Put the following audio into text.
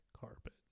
carpet